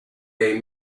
day